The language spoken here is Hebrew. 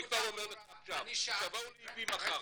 אני כבר אומר לך עכשיו, שיבואו לאיבים מחר.